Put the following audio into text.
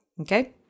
Okay